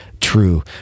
true